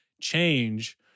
change